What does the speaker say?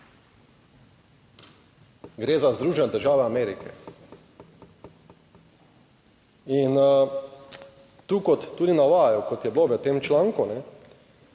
Gre za Združene države Amerike. In tu, kot tudi navajajo, kot je bilo v tem članku